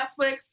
Netflix